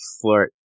flirt